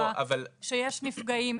שיש נפגעים,